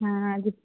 हाँ जी